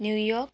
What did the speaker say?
New York